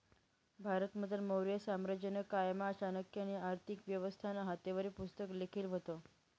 भारतमझार मौर्य साम्राज्यना कायमा चाणक्यनी आर्थिक व्यवस्थानं हातेवरी पुस्तक लिखेल व्हतं